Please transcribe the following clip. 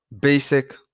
basic